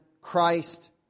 christ